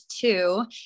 two